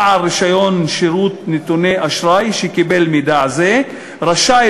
בעל רישיון שירות נתוני אשראי שקיבל מידע זה רשאי